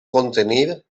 contenir